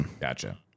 gotcha